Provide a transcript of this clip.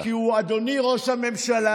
כי הוא "אדוני ראש הממשלה".